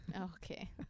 Okay